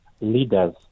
leaders